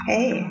Hey